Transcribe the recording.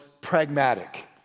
pragmatic